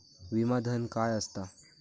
विमा धन काय असता?